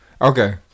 okay